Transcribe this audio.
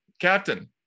captain